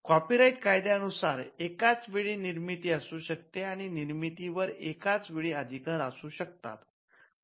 copy right कायद्या नुसार एकाचवेळी निर्मिती असू शकते आणि समान निर्मिती वर एकाचवेळी अधिकार असू शकतात